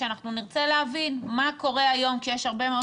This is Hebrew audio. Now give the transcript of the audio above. ונרצה להבין מה קורה היום כשיש הרבה מאוד